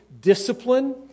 discipline